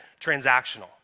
transactional